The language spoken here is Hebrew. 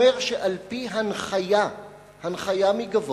אומר שעל-פי הנחיה מגבוה,